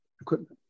equipment